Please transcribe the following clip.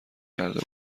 کرده